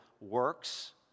works